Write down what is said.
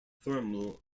thermal